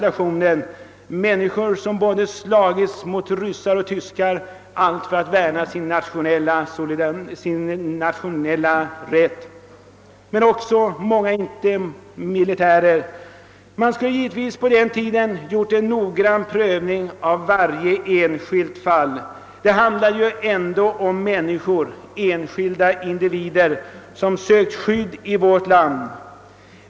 Vi utlämnade människor som slagits mot både ryssar och tyskar för att värna sin nationella rätt, men också många som inte var militärer. Man skulle givetvis på den tiden ha gjort en noggrann prövning av varje enskilt fall. Det handlade ändå om människor, enskilda individer som sökt skydd i vårt land.